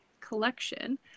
collection